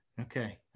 Okay